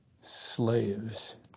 slaves